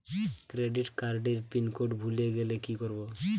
Credit কার্ডের pin code ভুলে গেলে কি করব?